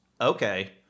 Okay